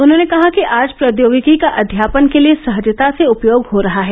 उन्होंने कहा कि आज प्रौद्योगिकी का अध्यापन के लिए सहजता से उपयोग हो रहा है